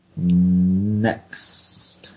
Next